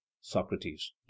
Socrates